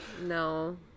no